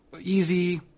easy